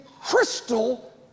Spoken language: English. crystal